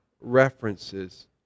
references